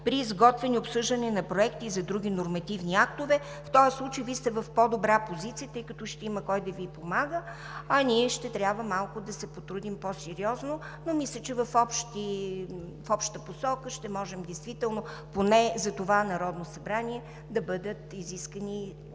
при изготвяне и обсъждане на проекти за други нормативни актове“. В този случай Вие сте в по-добра позиция, тъй като ще има кой да Ви помага, а ние ще трябва малко по-сериозно да се потрудим. Но мисля, че в общата посока ще може действително – поне за това Народно събрание, да бъдат изискани нашите